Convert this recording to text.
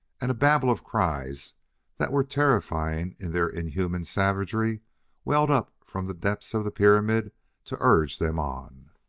and a babble of cries that were terrifying in their inhuman savagery welled up from the depths of the pyramid to urge them on.